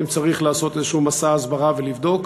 אם צריך, לעשות איזשהו מסע הסברה ולבדוק.